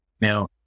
now